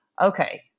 okay